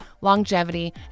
longevity